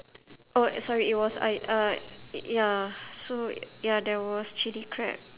oh sorry it was a~ uh ya so ya there was chili crab